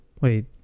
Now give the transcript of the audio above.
Wait